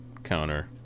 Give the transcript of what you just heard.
Counter